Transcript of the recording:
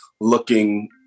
looking